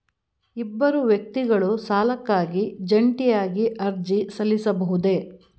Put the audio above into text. ಇಬ್ಬರು ವ್ಯಕ್ತಿಗಳು ಸಾಲಕ್ಕಾಗಿ ಜಂಟಿಯಾಗಿ ಅರ್ಜಿ ಸಲ್ಲಿಸಬಹುದೇ?